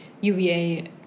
UVA